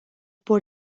por